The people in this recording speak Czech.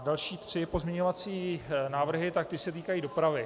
Další tři pozměňovací návrhy se týkají dopravy.